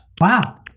Wow